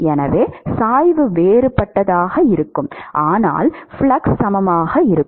எனவே சாய்வு வேறுபட்டதாக இருக்கும் ஆனால் ஃப்ளக்ஸ் சமமாக இருக்கும்